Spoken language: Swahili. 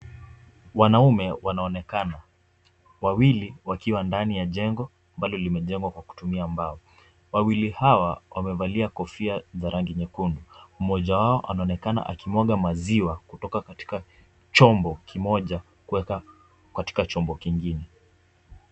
Wanaume wanaonekana wawili wakiwa ndani ya jengo ambalo limejengwa kwa kutumia mbao. Wawili hawa wamevalia kofia za rangi nyekundu. Mmoja wao anaonekana akimwaga maziwa kutoka katika chombo kimoja kuweka katika chombo kingine.